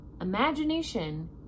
Imagination